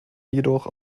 jedoch